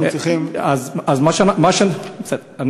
אנחנו צריכים, אני מסיים.